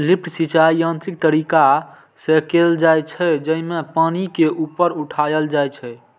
lift सिंचाइ यांत्रिक तरीका से कैल जाइ छै, जेमे पानि के ऊपर उठाएल जाइ छै